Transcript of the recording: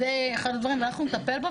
אז זה אחד הדברים ואנחנו נטפל בו,